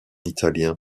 italien